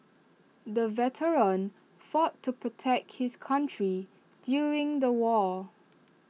the veteran fought to protect his country during the war